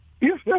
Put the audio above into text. Yes